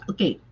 Okay